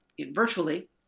virtually